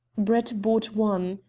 brett bought one.